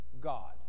God